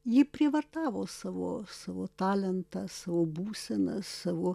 ji prievartavo savo savo talentą savo būseną savo